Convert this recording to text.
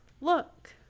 Look